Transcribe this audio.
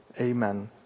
Amen